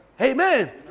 Amen